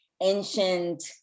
ancient